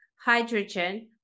hydrogen